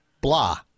blah